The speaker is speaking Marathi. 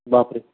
बापरे